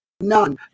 none